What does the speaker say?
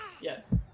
Yes